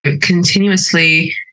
continuously